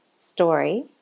story